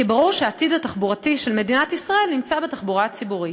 כי ברור שהעתיד התחבורתי של מדינת ישראל נמצא בתחבורה הציבורית.